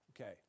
Okay